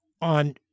on